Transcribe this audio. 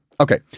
Okay